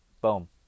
Boom